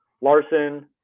Larson